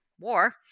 War